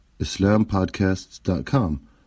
islampodcasts.com